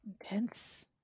intense